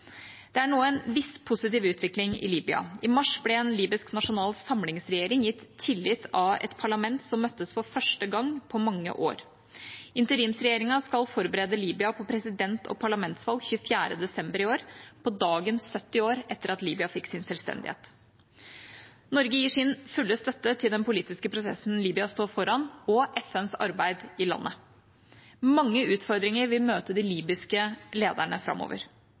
Det er nå er viss positiv utvikling i Libya. I mars ble en libysk nasjonal samlingsregjering gitt tillit av et parlament som møttes for første gang på mange år. Interimsregjeringa skal forberede Libya på president- og parlamentsvalg 24. desember i år – på dagen 70 år etter at Libya fikk sin selvstendighet. Norge gir sin fulle støtte til den politiske prosessen Libya står foran, og FNs arbeid i landet. Mange utfordringer vil møte de libyske lederne framover.